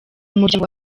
muryango